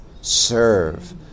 serve